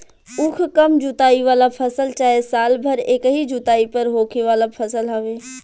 उख कम जुताई वाला फसल चाहे साल भर एकही जुताई पर होखे वाला फसल हवे